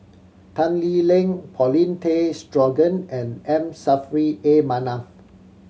Tan Lee Leng Paulin Tay Straughan and M Saffri A Manaf